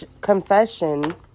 confession